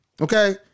Okay